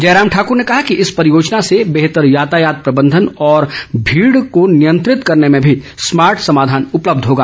जयराम ठाकुर ने कहा कि इस परियोजना से बेहतर यातायात प्रबंधन और भीड़ को नियंत्रित करने में भी स्मार्ट समाधान उपलब्ध होगा